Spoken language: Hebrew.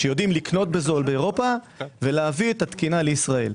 שיודעים לקנות בזול באירופה ולהביא את התקינה לישראל.